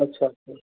अच्छा अच्छा